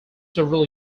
several